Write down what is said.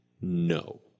No